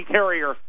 Carrier